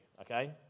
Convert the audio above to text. okay